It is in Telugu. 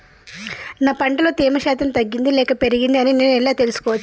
నా పంట లో తేమ శాతం తగ్గింది లేక పెరిగింది అని నేను ఎలా తెలుసుకోవచ్చు?